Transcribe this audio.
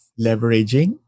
leveraging